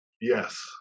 Yes